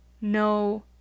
no